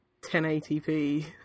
1080p